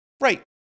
right